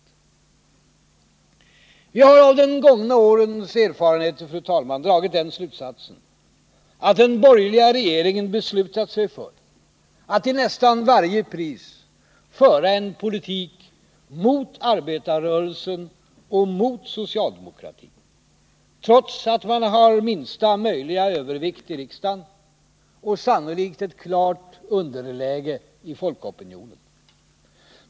Vi har, fru talman, av de två gångna årens erfarenheter dragit den slutsatsen att den borgerliga regeringen beslutat sig för att till varje pris föra en politik mot arbetarrörelsen och mot socialdemokratin, trots att man har minsta möjliga övervikt i riksdagen och sannolikt ett klart underläge i folkopinionen.